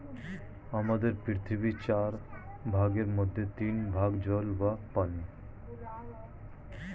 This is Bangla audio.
আমাদের পৃথিবীর চার ভাগের মধ্যে তিন ভাগ জল বা পানি